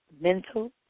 mental